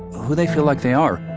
who they feel like they are,